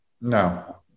No